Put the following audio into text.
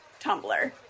Tumblr